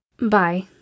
Bye